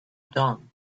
done